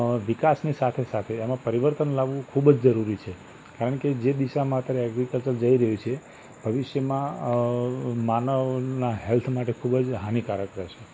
અ વિકાસની સાથે સાથે એમાં પરિવર્તન લાવવું ખૂબ જ જરૂરી છે કારણ કે જે દિશામાં અત્યારે ઍગ્રિકલ્ચર જઈ રહ્યું છે ભવિષ્યમાં માનવનાં હૅલ્થ માટે ખૂબ જ હાનિકારક હશે